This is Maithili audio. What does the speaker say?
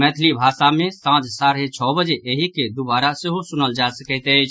मैथिली भाषा मे सांझ साढ़े छओ बजे एहि के दुबारा सेहो सुनल जा सकैत अछि